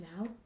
now